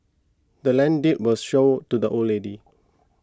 the land's deed was sold to the old lady